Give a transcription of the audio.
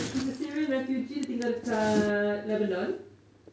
he's a syrian refugee dia tinggal dekat lebanon